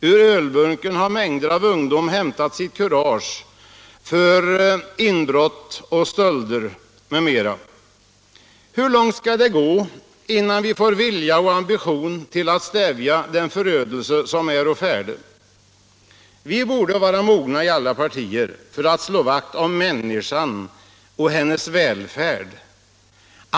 Ur ölburken har mängder Hur långt skall det gå innan vi får vilja och ambition till att stävja den förödelse som är å färde? Vi borde vara mogna i alla partier att slå vakt om människan och hennes välfärd.